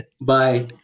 bye